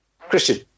Christian